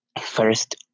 first